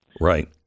Right